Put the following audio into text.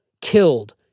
killed